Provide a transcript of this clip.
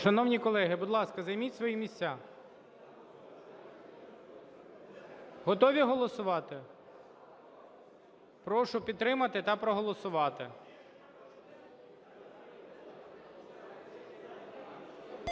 Шановні колеги, будь ласка, займіть свої місця. Готові голосувати? Прошу підтримати та проголосувати.